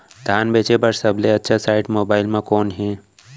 धान बेचे बर सबले अच्छा साइट मोबाइल म कोन हे?